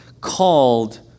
Called